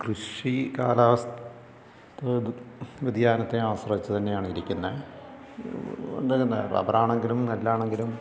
കൃഷി കാലാവസ്ഥ വ്യതിയാനത്തെ ആശ്രയിച്ച് തന്നെയാണ് ഇരിക്കുന്നത് റബ്ബർ ആണെങ്കിലും നെല്ല് ആണെങ്കിലും